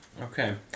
Okay